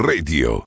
Radio